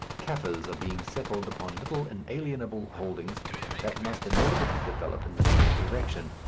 kaffirs are being settled upon little inalienable holdings that must inevitably develop in the same direction,